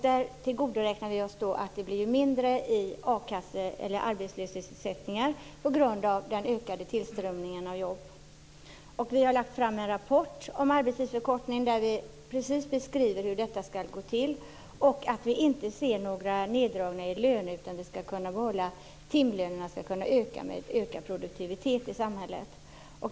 Vi räknar med att arbetslöshetsersättningarna minskar på grund av den ökade tillströmningen av jobb. Vi har lagt fram en rapport om arbetstidsförkortning där vi beskriver precis hur detta skall gå till. Vi förutser inga löneneddragningar utan menar att timlönerna skall kunna öka med höjd produktivitet i samhället.